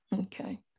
Okay